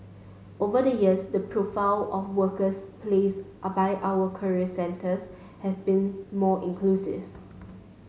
over the years the profile of workers placed are by our career centres has become more inclusive